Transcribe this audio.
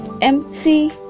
empty